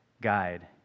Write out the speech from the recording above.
Guide